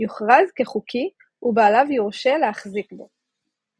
יוכרז כחוקי ובעליו יורשה להחזיק בו.